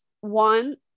One